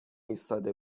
ایستاده